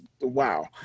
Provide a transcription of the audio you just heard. wow